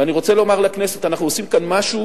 ואני רוצה לומר לכנסת: אנחנו עושים כאן משהו